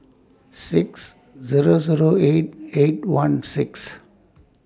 six Zero Zero eight eight one six